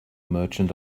merchant